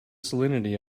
salinity